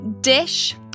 dish